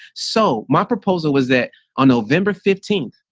so my proposal was that on november fifteen,